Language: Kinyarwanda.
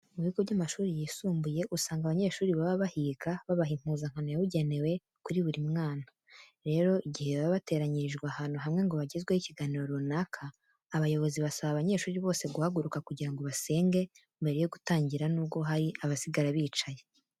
Mu bigo by'amashuri yisumbuye usanga abanyeshuri baba bahiga babaha impuzankano yabugenewe kuri buri mwana. Rero, igihe baba bateranyirijwe ahantu hamwe ngo bagezweho ikiganiro runaka, abayobozi basaba abanyeshuri bose guhaguruka kugira ngo basenge mbere yo gutangira nubwo hari abasigara bicaye.